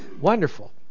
wonderful